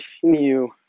continue